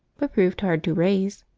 but proved hard to raise,